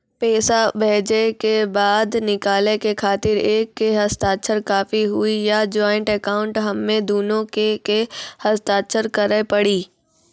पैसा भेजै के बाद निकाले के खातिर एक के हस्ताक्षर काफी हुई या ज्वाइंट अकाउंट हम्मे दुनो के के हस्ताक्षर करे पड़ी?